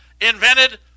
invented